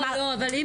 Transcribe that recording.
לא, לא, הם